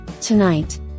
Tonight